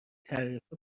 تعرفه